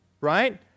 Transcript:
right